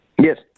Yes